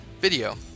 video